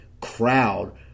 crowd